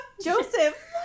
Joseph